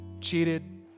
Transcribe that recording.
cheated